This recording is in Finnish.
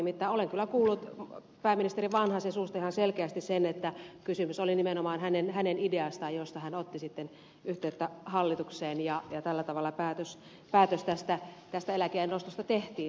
nimittäin olen kyllä kuullut pääministeri vanhasen suusta ihan selkeästi sen että kysymys oli nimenomaan hänen ideastaan josta hän otti sitten yhteyttä hallitukseen ja tällä tavalla päätös tästä eläkeiän nostosta tehtiin